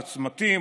בצמתים,